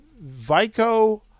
Vico